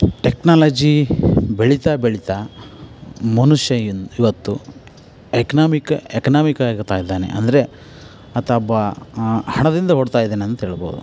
technology ಬೆಳಿತಾ ಬೆಳಿತಾ ಮನುಷ್ಯ ಇನ್ನು ಇವತ್ತು ಎಕ್ನಾಮಿಕ್ ಎಕ್ನಾಮಿಕ್ ಆಗ್ತಾಯಿದ್ದಾನೆ ಅಂದರೆ ಆತ ಬ ಹಣದಿಂದೆ ಓಡ್ತಾಯಿದ್ದಾನೆ ಅಂತ ಹೇಳ್ಬೋದು